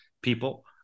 people